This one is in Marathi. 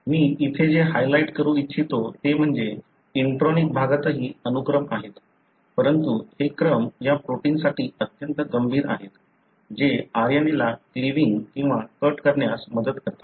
मी इथे जे हायलाइट करू इच्छितो ते म्हणजे इंट्रोनिक भागातही अनुक्रम आहेत परंतु हे क्रम या प्रोटिन्ससाठी अत्यंत गंभीर आहेत जे RNA ला क्लिविंग किंवा कट करण्यास मदत करतात